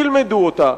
תלמדו אותה,